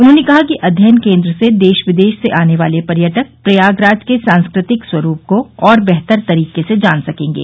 उन्होंने कहा कि अध्ययन केन्द्र से देश विदेश से आने वाले पर्यटक प्रयागराज के सांस्कृतिक स्वरूप को और बेहतर तरीके से जान सकेंगे